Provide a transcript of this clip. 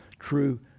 true